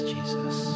Jesus